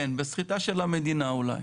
כן, בסחיטה של המדינה אולי.